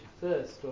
first